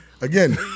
again